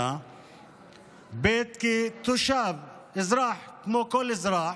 במדינה וגם כתושב, אזרח, כמו כל אזרח